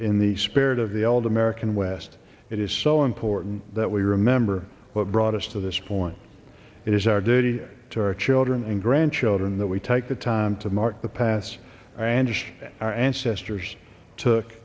in the spirit of the old american west it is so important that we remember what brought us to this point it is our duty to our children and grandchildren that we take the time to mark the past and just our ancestors took